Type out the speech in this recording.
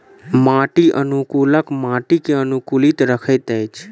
माटि अनुकूलक माटि के अनुकूलित रखैत अछि